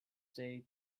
day